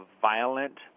violent